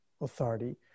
authority